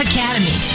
Academy